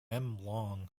long